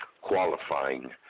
qualifying